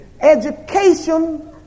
education